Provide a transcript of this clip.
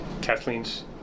Kathleen's